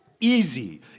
Easy